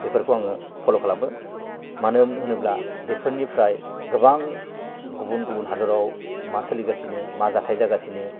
बेफोरखौ आङो फल' खालामो मानो होनोब्ला बेफोरनिफ्राय गोबां गुबुन गुबुन हादराव मा सोलिगासिनो मा जाथाइ जागासिनो